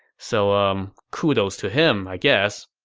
so, umm, kudos to him, i guess